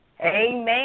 Amen